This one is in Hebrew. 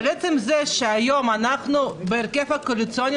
אבל עצם זה שהיום אנחנו בהרכב הקואליציוני